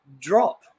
drop